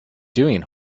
doing